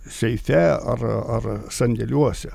seife ar ar sandėliuose